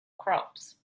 crops